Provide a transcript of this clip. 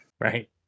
Right